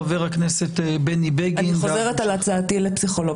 חבר הכנסת בני בגין, בבקשה.